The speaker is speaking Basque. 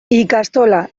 ikastola